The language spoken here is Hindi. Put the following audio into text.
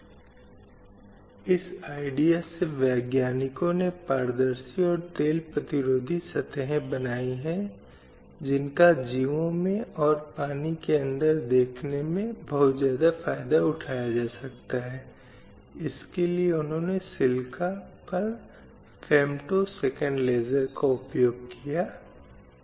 एक अर्थ में हर जगह वह कुछ प्रकार की हिंसा का शिकार हो सकती है इसलिए पिछले कुछ वर्षों में हमारे पास कई मामले हैं जिसमें बलात्कार अपहरण महिलाओं को भगा ले जाना और अनेक महिलाओं का यौन उत्पीड़न किया जा रहा है जो बीपीओ और आईटी कंपनियों की कर्मचारी थीं